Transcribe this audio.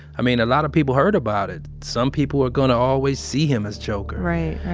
i mean, a lot of people heard about it. some people are going to always see him as joker right,